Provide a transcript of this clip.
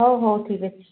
ହଉ ହଉ ଠିକ୍ ଅଛି